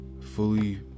Fully